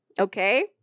Okay